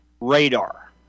radar